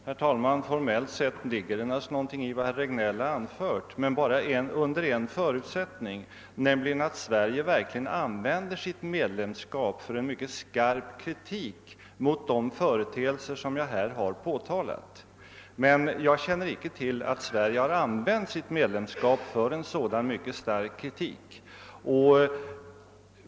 Herr talman! Formellt sett kan det naturligtvis ligga någonting i vad herr Regnéll anfört, men bara under en förutsättning, nämligen att Sverige verkligen använder sitt medlemskap till en mycket skarp kritik mot de företeelser som jag här har påtalat. Jag känner dock inte till att Sverige har använt sitt medlemskap till en sådan skarp kritik.